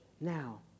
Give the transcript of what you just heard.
now